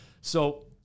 So-